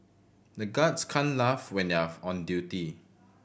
the guards can't laugh when they are on duty